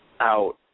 out